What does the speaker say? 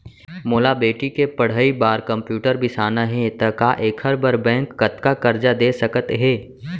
मोला बेटी के पढ़ई बार कम्प्यूटर बिसाना हे त का एखर बर बैंक कतका करजा दे सकत हे?